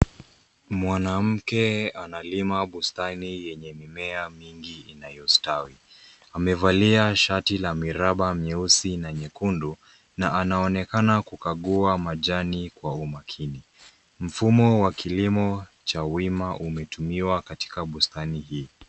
Mwanamke analima bustani yenye mimea mingi inayostawi. Amevalia shati la miraba myeusi na nyekundu na anaonekana kukagua majani kwa umakini. Mfumo wa kilimo cha wima umetumiwa katika bustani hii.